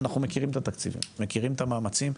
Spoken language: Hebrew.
אנחנו מכירים את התקציבים, מכירים את המאמצים,